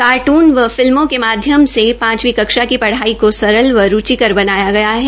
कार्ट्रन व फिल्मों के माध्यम से पांचवी कक्षा की पढ़ाई को सरल व रूचिकर बनाया गया है